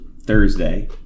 Thursday